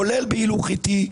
כולל בהילוך אטי,